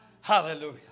Hallelujah